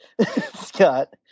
Scott